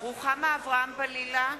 רוחמה אברהם-בלילא,